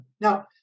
Now